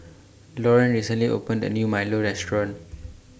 Lauren recently opened A New Milo Restaurant